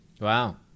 Wow